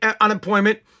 unemployment